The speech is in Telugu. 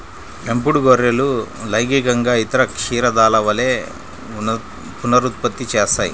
పెంపుడు గొర్రెలు లైంగికంగా ఇతర క్షీరదాల వలె పునరుత్పత్తి చేస్తాయి